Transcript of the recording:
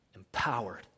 empowered